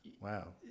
Wow